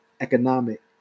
economic